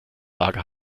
lager